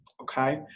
Okay